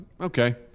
okay